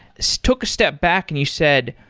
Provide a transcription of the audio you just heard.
so took a step back and you said,